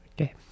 Okay